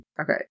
Okay